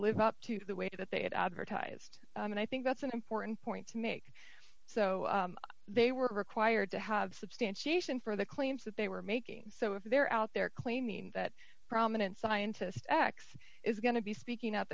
live up to the way that they had advertised and i think that's an important point to make so they were required to have substantiation for the claims that they were making so if they're out there claiming that prominent scientist x is going to be speaking at